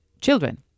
children